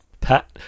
Pat